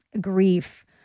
grief